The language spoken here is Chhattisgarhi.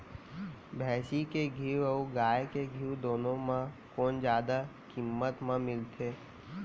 भैंसी के घीव अऊ गाय के घीव दूनो म कोन जादा किम्मत म मिलथे?